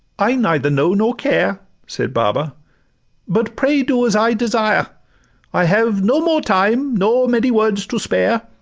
i neither know nor care said baba but pray do as i desire i have no more time nor many words to spare